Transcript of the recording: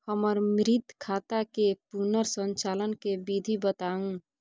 हमर मृत खाता के पुनर संचालन के विधी बताउ?